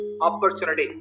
Opportunity